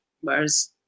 Whereas